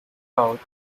out